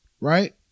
right